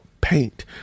paint